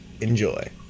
Enjoy